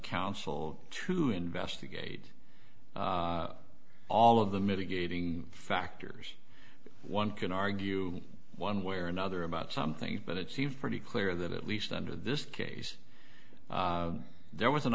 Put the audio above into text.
counsel to investigate all of the mitigating factors one can argue one way or another about something but it seems pretty clear that at least under this case there was an